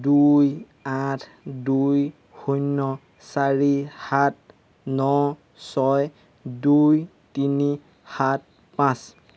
দুই আঠ দুই শূন্য চাৰি সাত ন ছয় দুই তিনি সাত পাঁচ